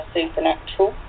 Supernatural